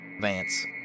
Vance